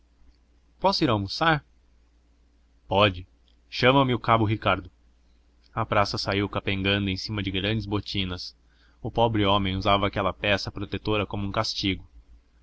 posso ir almoçar pode chama-me o cabo ricardo a praça saiu capengando em cima de grandes botinas o pobre homem usava aquela peça protetora como um castigo